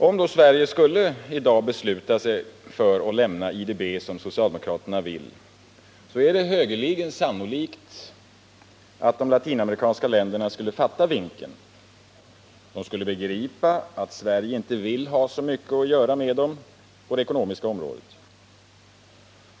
Om då Sverige i dag skulle besluta sig för att lämna IDB, som socialdemokraterna vill, är det högeligen sannolikt att de latinamerikanska länderna skulle fatta vinken. De skulle begripa att Sverige inte vill ha så mycket att göra med dem på det ekonomiska området.